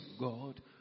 God